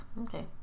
okay